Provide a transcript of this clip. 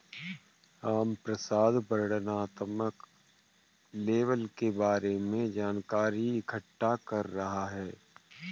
रामप्रसाद वर्णनात्मक लेबल के बारे में जानकारी इकट्ठा कर रहा है